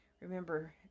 Remember